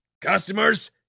Customers